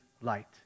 light